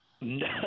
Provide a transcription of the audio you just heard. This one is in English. No